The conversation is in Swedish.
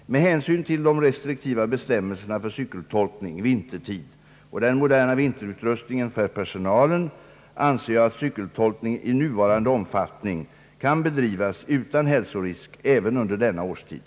Med hänsyn till de restriktiva bestämmelserna för cykeltolkning vintertid och den moderna vinterutrustningen för personalen anser jag att cykeltolkning i nuvarande omfattning kan bedrivas utan hälsorisk även under denna årstid.